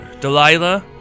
Delilah